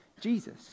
Jesus